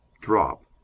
Drop